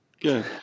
good